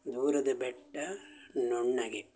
ದೂರದ ಬೆಟ್ಟ ನುಣ್ಣಗೆ